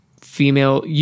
female